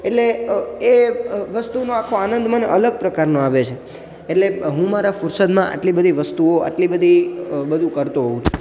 એટલે એ વસ્તુનો આખો આનંદ મને અલગ પ્રકારનો આવે છે એટલે હું મારા ફુરસદમાં આટલી બધી વસ્તુઓ આટલી બધી બધું કરતો હોઉં છું